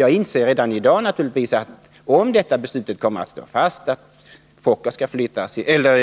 Jag inser att om beslutet står fast att